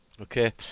Okay